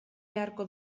beharko